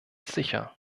sicher